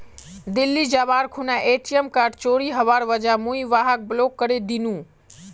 दिल्ली जबार खूना ATM card चोरी हबार वजह मुई वहाक ब्लॉक करे दिनु